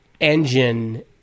engine